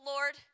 Lord